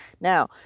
now